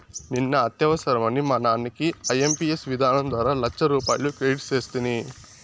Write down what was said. నిన్న అత్యవసరమని మా నాన్నకి ఐఎంపియస్ విధానం ద్వారా లచ్చరూపాయలు క్రెడిట్ సేస్తిని